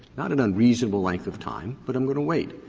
not an unreasonable length of time, but i'm going to wait.